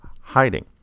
hiding